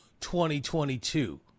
2022